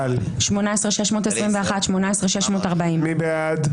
18,361 עד 18,380. מי בעד?